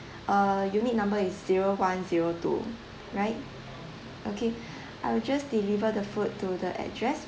uh unit number is zero one zero two right okay I will just deliver the food to the address